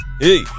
Hey